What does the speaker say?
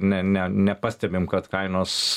ne ne nepastebim kad kainos